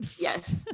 Yes